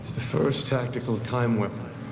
the first tactical time-weapon.